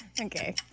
Okay